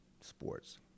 sports